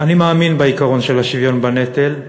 אני מאמין בעיקרון של השוויון בנטל.